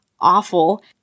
awful